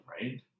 right